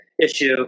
Issue